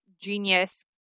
genius